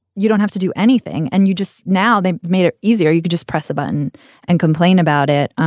you don't have to do anything. and you just now they've made it easier. you could just press a button and complain about it.